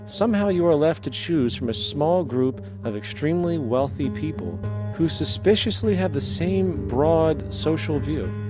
somehow you are left to choose from a small group of extremely wealthy people who suspiciously have the same broad social view.